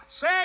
Say